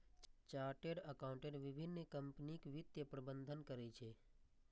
chartered accountant विभिन्न कंपनीक वित्तीय प्रबंधन करै छै